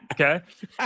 Okay